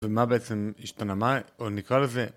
ומה בעצם השתנה מה, או נקרא לזה...